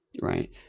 Right